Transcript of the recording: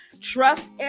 Trust